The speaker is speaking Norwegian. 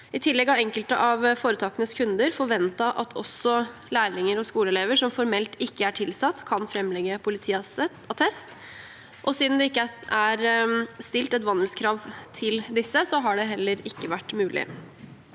I tillegg har enkelte av foretakenes kunder forventet at også lærlinger og skoleelever som formelt ikke er tilsatt, kan framlegge politiattest. Siden det ikke er stilt et vandelskrav til disse, har det heller ikke vært mulig.